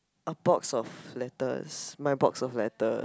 a box of letters my box of letters